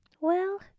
Well